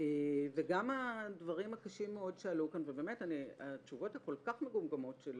וגם הדברים הקשים מאוד שעלו כאן באמת התשובות הכול כך מגומגמות של